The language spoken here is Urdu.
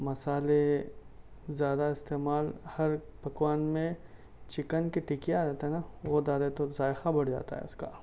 مسالے زیادہ استعمال ہر پکوان میں چکن کی ٹکیا رہتا نا وہ زیادہ تر ذائقہ بڑھ جاتا ہے اس کا